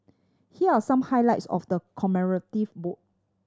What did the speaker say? here are some highlights of the commemorative book